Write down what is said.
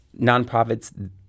nonprofits